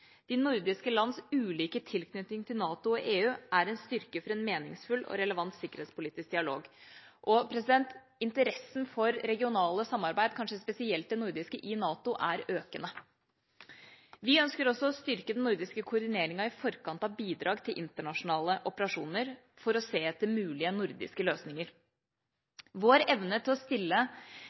De nordiske lands ulike tilknytning til NATO og EU er en styrke for en meningsfull og relevant sikkerhetspolitisk dialog. Interessen for regionale samarbeid, kanskje spesielt det nordiske i NATO, er økende. Vi ønsker også å styrke den nordiske koordineringen i forkant av bidrag til internasjonale operasjoner for å se etter mulige nordiske løsninger. Vår evne til å stille